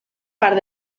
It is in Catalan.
part